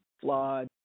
flawed